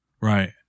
right